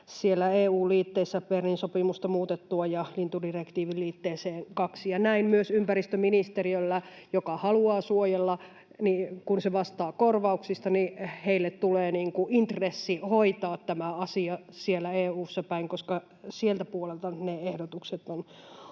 siellä EU-liitteissä, Bernin sopimusta muutettua ja lintudirektiivin liitteeseen II, ja näin myös ympäristöministeriölle, joka haluaa suojella — kun se vastaa korvauksista — tulee intressi hoitaa tämä asia siellä EU:ssa päin, koska siltä puolelta ne ehdotukset on